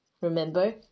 remember